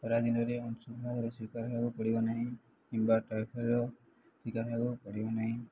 ଖରାଦିନରେ ଶିକାର ହେବାକୁ ପଡ଼ିବ ନାହିଁ କିମ୍ବା ଟାଇଫଏଡ଼୍ ଶିକାର ହେବାକୁ ପଡ଼ିବ ନାହିଁ